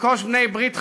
לרכוש בעלי-ברית חדשים,